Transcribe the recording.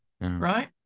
Right